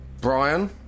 Brian